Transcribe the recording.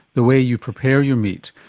the way you prepare your meat.